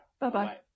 bye-bye